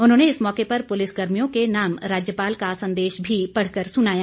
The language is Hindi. उन्होंने इस मौके पर पुलिस कर्मियों के नाम राज्यपाल का संदेश भी पढ़कर सुनाया